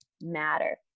matter